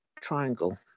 triangle